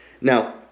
Now